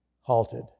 halted